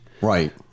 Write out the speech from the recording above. Right